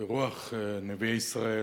ברוח נביאי ישראל.